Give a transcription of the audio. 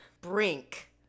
Brink